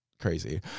crazy